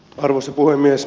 arvoisa puhemies